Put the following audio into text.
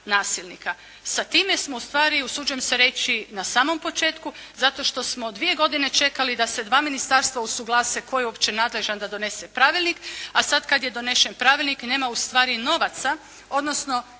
nasilnika. Sa time smo ustvari usuđujem se reći na samom početku zato jer smo dvije godine čekali da se dva ministarstva usuglase tko je uopće nadležan da donese pravilnik, a sada kada je donesen pravilnik nema ustvari novaca, odnosno